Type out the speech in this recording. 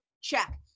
Check